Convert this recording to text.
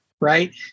right